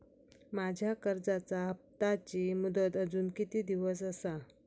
माझ्या कर्जाचा हप्ताची मुदत अजून किती दिवस असा?